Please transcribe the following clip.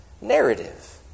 narrative